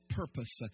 purpose